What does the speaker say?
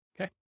Okay